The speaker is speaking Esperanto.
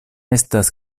estas